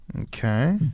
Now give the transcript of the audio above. Okay